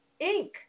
Inc